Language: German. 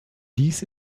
dies